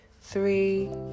three